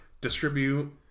distribute